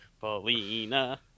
Paulina